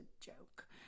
joke